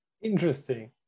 interesting